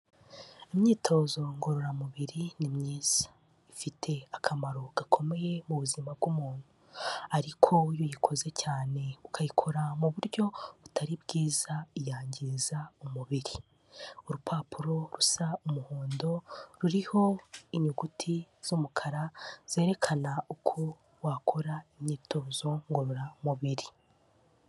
Imyitozo ngororamubiri ni myiza, ifite akamaro gakomeye mu buzima bw'umuntu, ariko iyo uyikoze cyane ukayikora mu buryo butari bwiza yangiza umubiri, urupapuro rusa umuhondo, ruriho inyuguti z'umukara zerekana uko wakora imyitozo ngororamubiri.